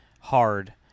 hard